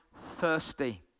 thirsty